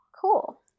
cool